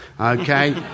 Okay